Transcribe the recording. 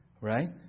Right